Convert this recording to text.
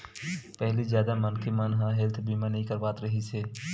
पहिली जादा मनखे मन ह हेल्थ बीमा नइ करवात रिहिस हे